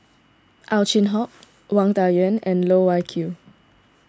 Ow Chin Hock Wang Dayuan and Loh Wai Kiew